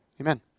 Amen